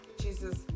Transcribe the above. Jesus